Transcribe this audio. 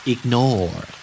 Ignore